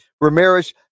Ramirez